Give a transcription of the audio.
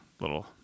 little